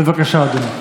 בבקשה, אדוני.